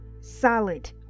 solid